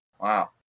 Wow